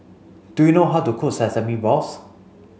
do you know how to cook sesame balls